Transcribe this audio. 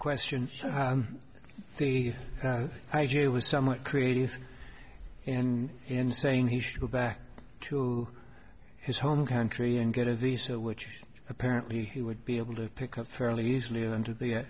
question so i j it was somewhat creative and in saying he should go back to his home country and get a visa which apparently he would be able to pick up fairly easily under the